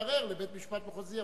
יערער לבית-משפט מחוזי,